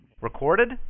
recorded